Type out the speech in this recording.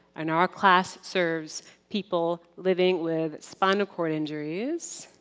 and our class serves people living with spinal chord injuries,